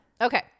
Okay